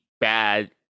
bad